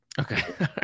Okay